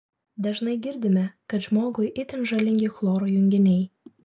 dažnai girdime kad žmogui itin žalingi chloro junginiai